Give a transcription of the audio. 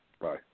Bye